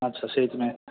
ଆଚ୍ଛା ସେଇଥିପାଇଁ